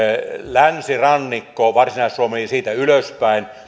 länsirannikko varsinais suomi ja siitä ylöspäin